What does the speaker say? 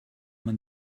man